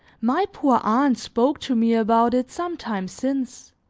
my poor aunt spoke to me about it some time since,